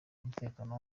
umutekano